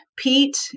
Pete